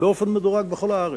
באופן מדורג בכל הארץ,